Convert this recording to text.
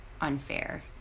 unfair